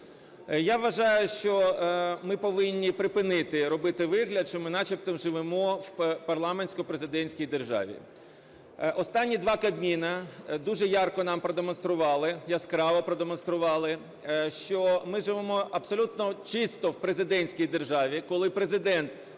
Я вважаю, що ми повинні припинити робити вигляд, що ми начебто живемо в парламентсько-президентській державі. Останні 2 Кабміна дуже ярко нам продемонстрували, яскраво продемонстрували, що ми живемо абсолютно чисто в президентській державі, коли Президент